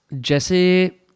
Jesse